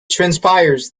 transpires